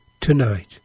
tonight